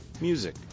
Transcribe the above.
music